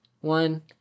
one